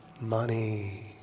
Money